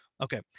Okay